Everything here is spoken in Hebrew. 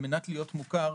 על מנת להיות מוכר,